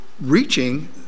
reaching